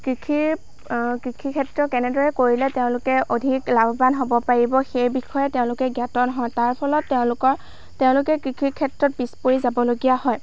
কৃষিৰ কৃষিক্ষেত্ৰ কেনেদৰে কৰিলে তেওঁলোকে অধিক লাভৱান হ'ব পাৰিব সেই বিষয়ে তেওঁলোক জ্ঞাত নহয় তাৰ ফলত তেওঁলোকৰ তেওঁলোকে কৃষিৰ ক্ষেত্ৰত পিছ পৰি যাবলগীয়া হয়